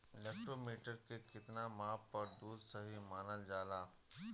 Lactometer के कितना माप पर दुध सही मानन जाला?